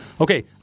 Okay